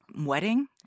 wedding